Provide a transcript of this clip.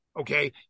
okay